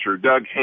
Doug